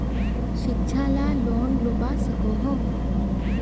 शिक्षा ला लोन लुबा सकोहो?